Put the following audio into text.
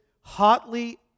hotly